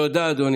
תודה, אדוני